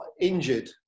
injured